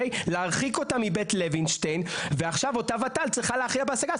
להרחיק אותה מבית לוינשטיין ועכשיו אותה ות"ל צריכה להכריע בהשגה.